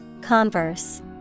Converse